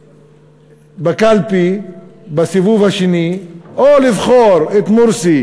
הברירה בקלפי בסיבוב השני הייתה או לבחור את מורסי